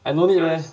I no need leh